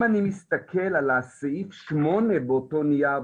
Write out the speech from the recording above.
אם אני מסתכל על סעיף 8 באותו נייר,